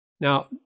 Now